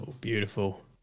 Beautiful